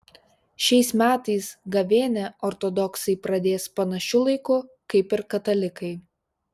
šiais metais gavėnią ortodoksai pradės panašiu laiku kaip ir katalikai